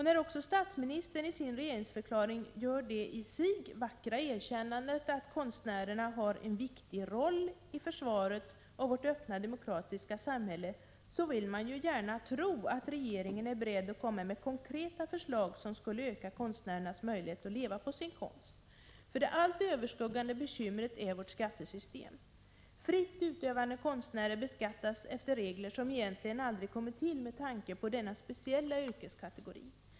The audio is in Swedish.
När också statsministern i sin regeringsförklaring gör det i sig vackra erkännandet att konstnärerna har en viktig roll i försvaret av vårt öppna demokratiska samhälle vill man gärna tro att regeringen är beredd att komma med konkreta förslag som skulle öka konstnärernas möjlighet att leva på sin konst. Det allt överskuggande bekymret är skattesystemet. Fritt utövande konstnärer beskattas efter regler som egentligen aldrig har kommit till med tanke på denna speciella yrkeskategori.